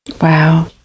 Wow